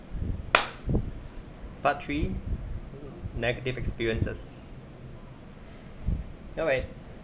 part three negative experiences ya wei